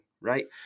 right